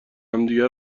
همدیگه